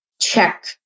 check